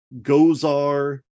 Gozar